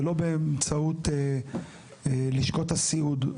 ולא באמצעות לשכות הסיעוד?